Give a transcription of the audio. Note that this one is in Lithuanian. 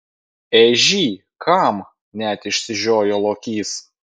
ežy kam net išsižiojo lokys